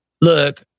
look